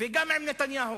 וגם עם זו של נתניהו.